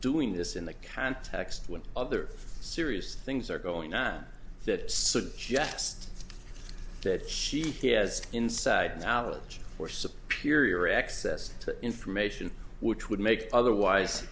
doing this in the context when other serious things are going on that suggest that she has inside knowledge or sapir access to information which would make otherwise